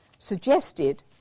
suggested